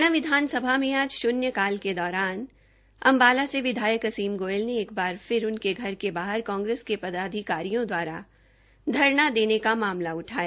हरियाणा विधानसभा में आज शून्य काल के दौरान अम्बाला से विधायक असीम गोयल ने एक बार फिर उनके घर के बाहर कांग्रेस के पदाधिकारियों द्वारा धरना देने का मामला उठाया